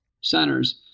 centers